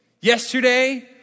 Yesterday